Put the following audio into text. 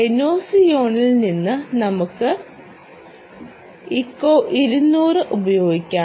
എനോസിയോണിൽ നിന്ന് നമുക്ക് ഇക്കോ 200 ഉപയോഗിക്കാം